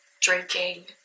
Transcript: drinking